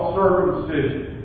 circumcision